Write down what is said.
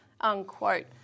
unquote